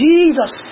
Jesus